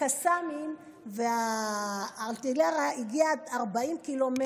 הקסאמים והארטילריה הגיעו עד 40 ק"מ.